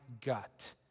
gut